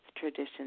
tradition